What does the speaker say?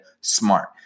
smart